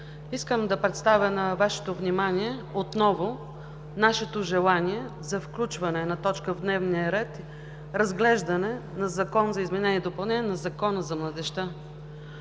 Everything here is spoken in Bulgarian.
Искам да представя на Вашето внимание отново нашето желание за включване на точка в дневния ред – разглеждане на Законопроект за изменение и допълнение на Закона за младежта.